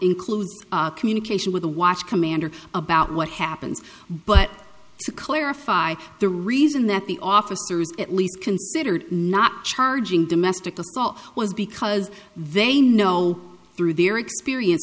includes communication with the watch commander about what happens but to clarify the reason that the officers at least considered not charging domestic assault was because they know through their experience